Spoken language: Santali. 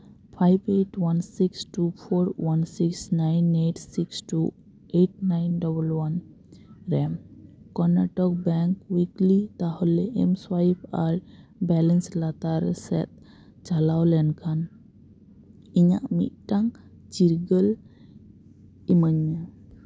five eight one six two four one six nine eight six two eight nine double one ᱨᱮ ᱠᱚᱨᱱᱟᱴᱚᱠ ᱵᱮᱝᱠ ᱠᱩᱭᱤᱠᱞᱤ ᱛᱟᱦᱚᱞᱮ ᱮᱢ ᱥᱚᱣᱟᱭᱤᱯ ᱟᱨ ᱵᱮᱞᱮᱱᱥ ᱞᱟᱛᱟᱨ ᱥᱮᱫ ᱪᱟᱞᱟᱣ ᱞᱮᱱᱠᱷᱟᱱ ᱤᱧᱟᱹᱜ ᱢᱤᱫᱴᱟᱝ ᱪᱤᱨᱜᱟᱹᱞ ᱤᱢᱟᱹᱧ ᱢᱮ